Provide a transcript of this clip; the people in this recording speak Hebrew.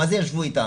מה זה ישבו איתם,